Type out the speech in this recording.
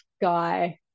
guy